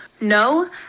no